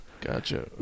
Gotcha